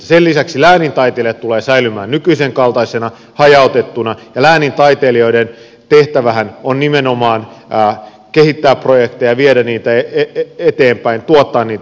sen lisäksi läänintaiteilijat tulevat säilymään nykyisen kaltaisena hajautettuna ja läänintaiteilijoiden tehtävähän on nimenomaan kehittää projekteja ja viedä niitä eteenpäin tuottaa niitä projekteja